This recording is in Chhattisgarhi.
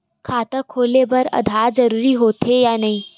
खाता खोले बार आधार जरूरी हो थे या नहीं?